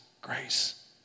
grace